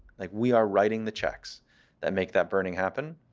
like, we are writing the checks that make that burning happen.